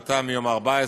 שלחתם אותי,